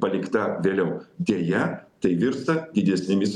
palikta vėliau deja tai virsta didesnėmis